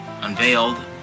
unveiled